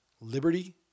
liberty